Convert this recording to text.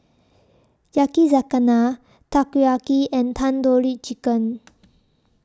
Yakizakana Takoyaki and Tandoori Chicken